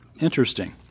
Interesting